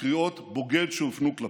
לקריאות "בוגד" שהופנו כלפיו,